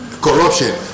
corruption